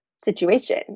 situation